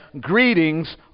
Greetings